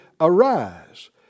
Arise